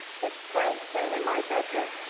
his strength came, in my judgment,